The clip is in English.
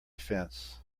fence